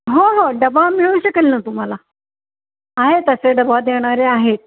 हो हो डबा मिळू शकेल ना तुम्हाला आहेत असे डबा देणारे आहेत